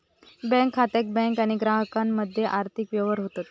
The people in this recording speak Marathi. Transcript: बँक खात्यात बँक आणि ग्राहकामध्ये आर्थिक व्यवहार होतत